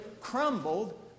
crumbled